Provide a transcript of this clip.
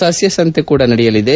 ಸಸ್ತಸಂತೆ ಕೂಡ ನಡೆಯಲಿದೆ